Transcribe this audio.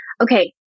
Okay